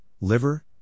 liver